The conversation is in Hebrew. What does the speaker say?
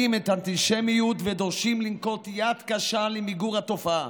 את האנטישמיות ודורשים לנקוט יד קשה למיגור התופעה.